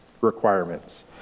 requirements